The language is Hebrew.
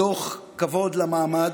מתוך כבוד למעמד,